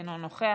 אינו נוכח,